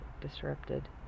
disrupted